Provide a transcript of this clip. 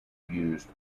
used